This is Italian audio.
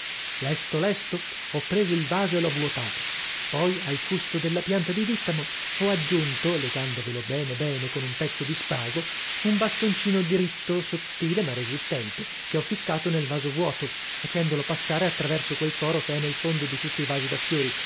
lesto lesto ho preso il vaso e l'ho vuotato poi al fusto della pianta di dìttamo ho aggiunto legandovelo bene bene con un pezzo di spago un bastoncino dritto sottile ma resistente che ho ficcato nel vaso vuoto facendolo passare a traverso quel foro che è nel fondo di tutti i vasi da fiori